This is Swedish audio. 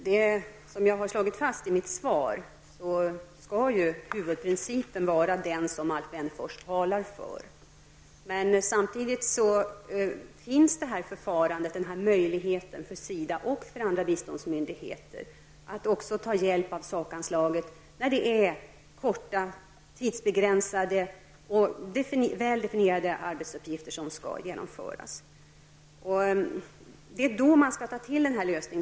Herr talman! Som jag har slagit fast i mitt svar skall huvudprincipen vara den som Alf Wennerfors talar för. Men samtidigt finns möjligheten för SIDA och andra biståndsmyndigheter att också ta hjälp av sakanslaget när korta, tidsbegränsade och väl definierade arbetsuppgifter skall genomföras. Det är då denna lösning skall tas till.